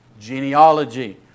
genealogy